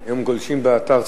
הם גולשים באתר.